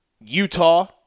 Utah